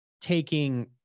taking